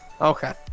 Okay